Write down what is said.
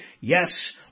Yes